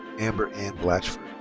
amber ann blatchford.